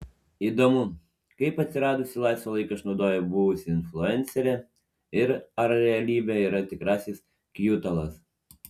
įdomu kaip atsiradusį laisvą laiką išnaudoja buvusi influencerė ir ar realybė yra tikrasis kjutalas